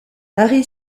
hari